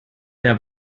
der